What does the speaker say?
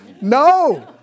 No